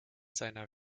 seiner